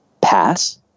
pass